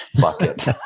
bucket